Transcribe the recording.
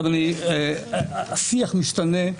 השיח משתנה,